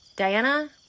Diana